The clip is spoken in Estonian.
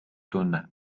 tunne